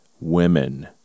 women